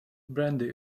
brandy